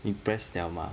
你 press liao mah